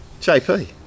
JP